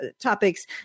topics